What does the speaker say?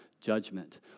judgment